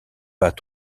pas